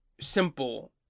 simple